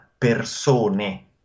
Persone